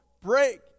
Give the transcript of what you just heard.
break